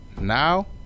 Now